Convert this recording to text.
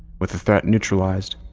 with the threat neutralized,